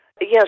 Yes